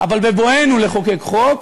אבל בבואנו לחוקק חוק,